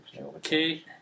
Okay